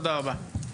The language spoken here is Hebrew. תודה רבה.